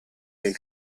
del